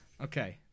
Okay